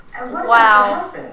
Wow